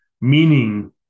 meaning